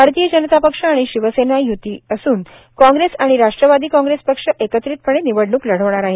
भारतीय जनता पक्ष आणि शिवसेना यूती असून कांग्रेस आणि राष्ट्रवादी कांग्रेस पक्ष एकत्रितपणे निवडणूक लढवणार आहेत